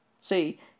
See